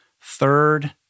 third